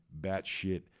batshit